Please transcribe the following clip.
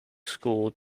school